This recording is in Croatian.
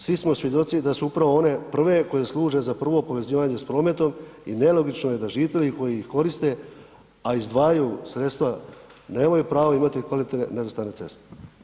Svi smo svjedoci da su upravo one prve koje služe za prvo povezivanje s prometom i nelogično je da žitelji koji ih koriste, a izdvajaju sredstva, nemaju pravo imati kvalitetne nerazvrstane ceste.